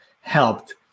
helped